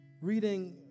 reading